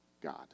God